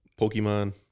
Pokemon